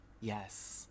Yes